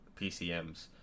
PCMs